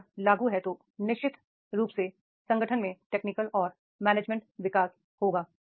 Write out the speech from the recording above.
यदि यह लागू है तो निश्चित रूप से संगठन में टेक्निकल और मैनेजमेंट विकास होगा